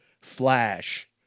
flash